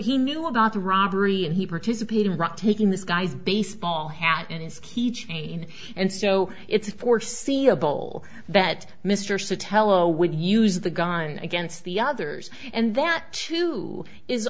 he knew about the robbery and he participated in rock taking this guy's baseball hat and his key chain and so it's foreseeable that mr sotelo would use the gun against the others and that too is